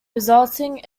resulting